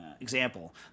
example